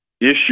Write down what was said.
issue